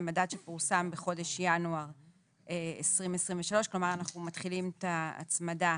המדד שפורסם בחודש ינואר 2023". כלומר אנו מתחילים את ההצמדה